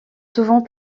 souvent